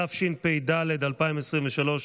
התשפ"ד 2023,